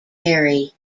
kerry